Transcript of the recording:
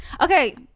Okay